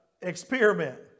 experiment